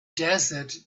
desert